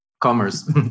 commerce